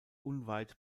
unweit